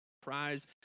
prize